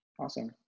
Awesome